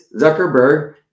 Zuckerberg